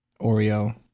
Oreo